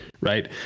right